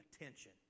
attention